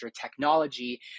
technology